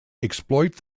exploit